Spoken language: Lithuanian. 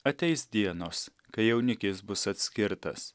ateis dienos kai jaunikis bus atskirtas